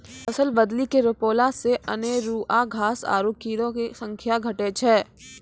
फसल बदली के रोपला से अनेरूआ घास आरु कीड़ो के संख्या घटै छै